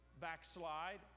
backslide